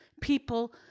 People